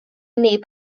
neb